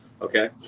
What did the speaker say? okay